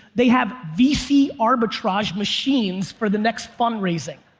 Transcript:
they have vc arbitrage machines for the next fundraising.